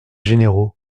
généraux